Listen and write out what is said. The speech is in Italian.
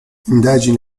indagini